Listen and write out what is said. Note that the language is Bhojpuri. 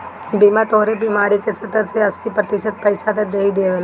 बीमा तोहरे बीमारी क सत्तर से अस्सी प्रतिशत पइसा त देहिए देवेला